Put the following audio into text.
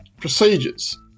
procedures